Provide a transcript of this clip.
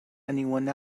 anyone